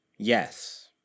Yes